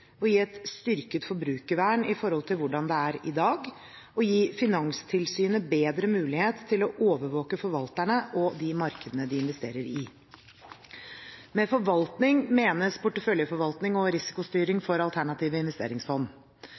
og gi et styrket forbrukervern i forhold til hvordan det er i dag, og gi Finanstilsynet bedre mulighet til å overvåke forvalterne og de markedene de investerer i. Med forvaltning menes porteføljeforvaltning og risikostyring for alternative investeringsfond.